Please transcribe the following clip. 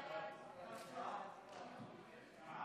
הצעת סיעת ימינה